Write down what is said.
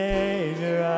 Savior